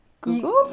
Google